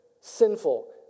sinful